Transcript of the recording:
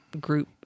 group